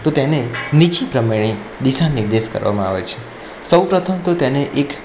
તો તેને નીચે પ્રમાણે દિશા નિર્દેશ કરવામાં આવે છે સૌપ્રથમ તો તેને એક